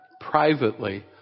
privately